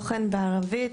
איתי נמצא עורך תוכן בערבית,